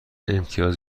امتیاز